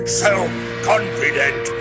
self-confident